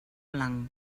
blanc